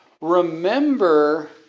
remember